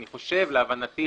להבנתי,